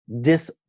dis